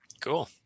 Cool